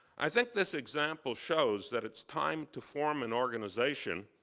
i think this example shows that it's time to form an organization